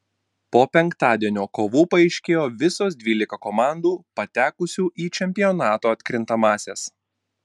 po penktadienio kovų paaiškėjo visos dvylika komandų patekusių į čempionato atkrintamąsias